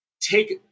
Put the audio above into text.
take